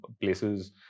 places